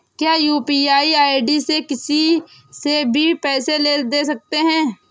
क्या UPI ID से किसी से भी पैसे ले दे सकते हैं?